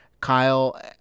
Kyle